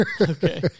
Okay